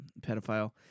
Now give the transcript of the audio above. pedophile